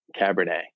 Cabernet